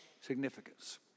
significance